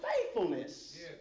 faithfulness